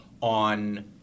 on